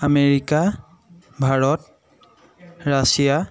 America Bharat Russia